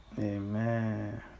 Amen